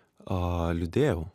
a liūdėjau